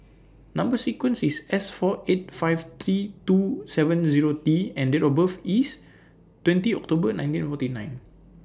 Number sequence IS S four eight five three two seven Zero T and Date of birth IS twentieth October nineteen forty nine